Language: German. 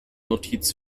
notiz